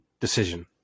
decision